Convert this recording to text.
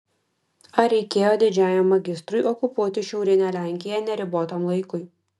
ar reikėjo didžiajam magistrui okupuoti šiaurinę lenkiją neribotam laikui